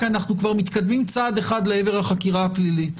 כי אנחנו כבר מתקדמים צעד אחד לעבר החקירה הפלילית.